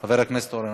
חבר הכנסת אורן